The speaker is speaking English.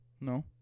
No